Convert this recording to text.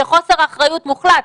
זה חוסר אחריות מוחלט.